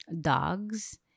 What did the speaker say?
dogs